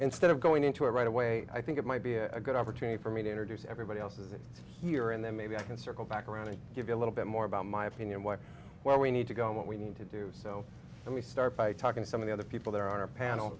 instead of going into it right away i think it might be a good opportunity for me to introduce everybody else here and then maybe i can circle back around and give you a little bit more about my opinion what where we need to go what we need to do so that we start by talking to some of the other people there on our panel